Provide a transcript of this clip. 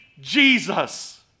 Jesus